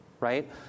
right